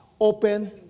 Open